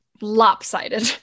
lopsided